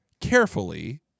carefully